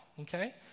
Okay